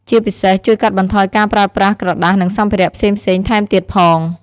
ជាពិសេស ជួយកាត់បន្ថយការប្រើប្រាស់ក្រដាសនិងសម្ភារៈផ្សេងៗ ថែមទៀតផង។